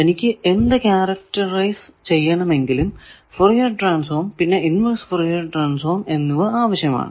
എനിക്ക് എന്ത് ക്യാരക്ടറൈസ് ചെയ്യണമെങ്കിലും ഫോറിയെർ ട്രാൻസ്ഫോം പിന്നെ ഇൻവെർസ് ഫോറിയെർ ട്രാൻസ്ഫോം എന്നിവ ആവശ്യമാണ്